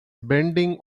bending